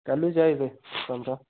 तैलूं गै बंदा